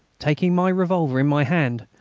taking my revolver in my hand,